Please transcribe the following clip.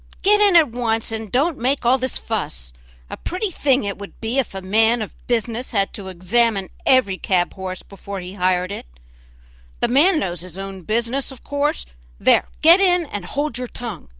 get in at once, and don't make all this fuss a pretty thing it would be if a man of business had to examine every cab-horse before he hired it the man knows his own business of course there, get in and hold your tongue!